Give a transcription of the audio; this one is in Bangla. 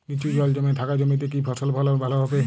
নিচু জল জমে থাকা জমিতে কি ফসল ফলন ভালো হবে?